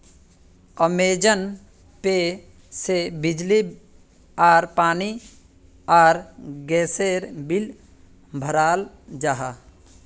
Amazon Pay से बिजली आर पानी आर गसेर बिल बहराल जाहा